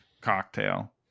cocktail